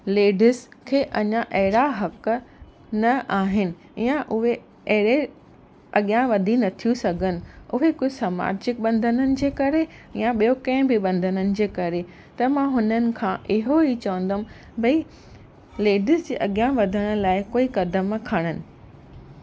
ladies खे अञा अहिड़ा हक़ न आहिनि ईअं उहे एरे अॻियां वधी न थियूं सघनि उहे कुझु सामाजिक बंधननि जे करे या ॿियो कंहिं बि बंधननि जे करे त मां हुननि खां इहो ई चवंदमि भई लेडिस जे अॻियां वधनि लाइ कोई कदम खणनि